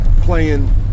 playing